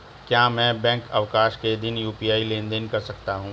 क्या मैं बैंक अवकाश के दिन यू.पी.आई लेनदेन कर सकता हूँ?